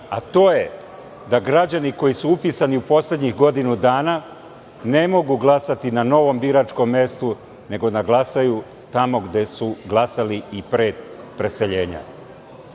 a to je da građani koji su upisani u poslednjih godinu dana ne mogu glasati na novom biračkom mestu, nego da glasaju tamo gde su glasali i pre preseljenja. Birački